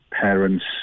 parents